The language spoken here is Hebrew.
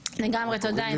תודה, עינת.